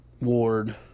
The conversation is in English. Ward